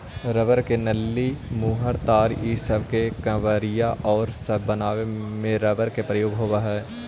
rubber के नली, मुहर, तार इ सब के कवरिंग औउर सब बनावे में रबर के प्रयोग होवऽ हई